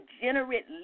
degenerate